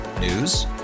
News